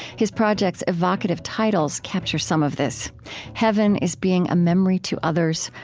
his projects' evocative titles capture some of this heaven is being a memory to others,